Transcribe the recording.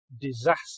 disaster